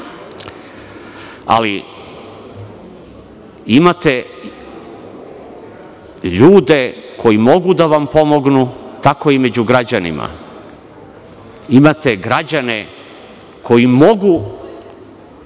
imate ljude koji mogu da vam pomognu, tako i među građanima. Imate građane koji mogu